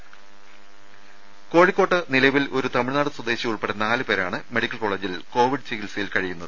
രുമ കോഴിക്കോട് നിലവിൽ ഒരു തമിഴ്നാട് സ്വദേശി ഉൾപ്പെടെ നാലുപേരാണ് മെഡിക്കൽ കോളജിൽ കോവിഡ് ചികിത്സയിൽ കഴിയുന്നത്